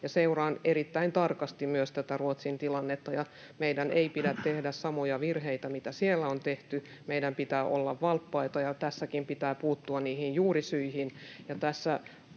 Seuraan erittäin tarkasti myös tätä Ruotsin tilannetta, ja meidän ei pidä tehdä samoja virheitä, mitä siellä on tehty. Meidän pitää olla valppaita, ja tässäkin pitää puuttua niihin juurisyihin.